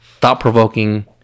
thought-provoking